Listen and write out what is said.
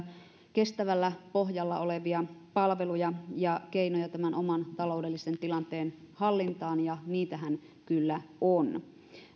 kestävällä pohjalla olevia palveluja ja keinoja oman taloudellisen tilanteen hallintaan ja niitähän kyllä on